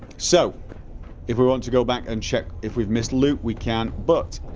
so if we want to go back and check if we've missed loot we can but,